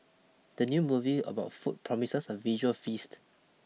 the new movie about food promises a visual feast